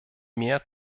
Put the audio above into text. mehr